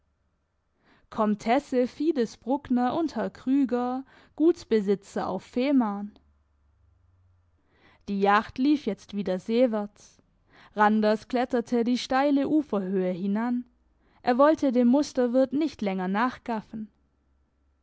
komtesse fides bruckner und herr krüger gutsbesitzer auf fehmarn die jacht lief jetzt wieder seewärts randers kletterte die steile uferhöhe hinan er wollte dem musterwirt nicht länger nachgaffen